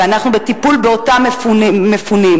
ואנחנו בטיפול באותם מפונים.